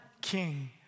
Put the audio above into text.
king